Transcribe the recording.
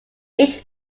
each